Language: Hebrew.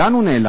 לאן הוא נעלם?